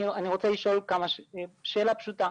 אני רוצה לשאול שאלה פשוטה.